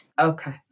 Okay